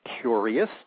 curious